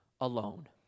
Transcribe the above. alone